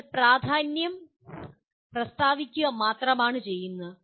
നിങ്ങൾ പ്രാധാന്യം പ്രസ്താവിക്കുക മാത്രമാണ് ചെയ്യുന്നത്